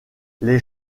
les